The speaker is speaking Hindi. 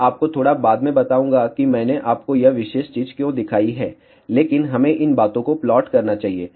मैं आपको थोड़ा बाद में बताऊंगा कि मैंने आपको यह विशेष चीज क्यों दिखाई है लेकिन हमें इन बातों को प्लॉट करना चाहिए